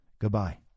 Goodbye